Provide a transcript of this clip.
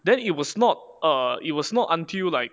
then it was not err it was not until like